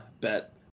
bet